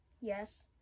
Yes